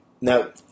Now